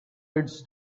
it’s